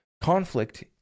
conflict